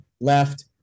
left